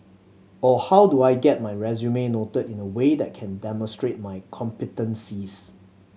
or how do I get my resume noted in a way that can demonstrate my competencies